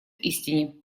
истине